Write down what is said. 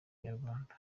nyarwanda